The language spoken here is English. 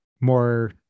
more